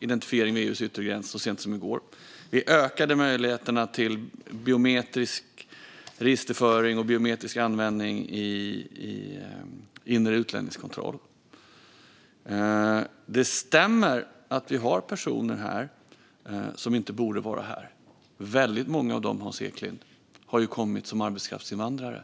identifiering vid EU:s yttre gräns så sent som i går. Vi ökade möjligheterna till biometrisk registerföring och biometrisk användning i inre utlänningskontroll. Det stämmer att vi har personer här som inte borde vara här. Väldigt många av dem, Hans Eklind, har kommit som arbetskraftsinvandrare.